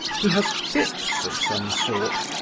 he has fits of some sort,